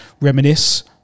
reminisce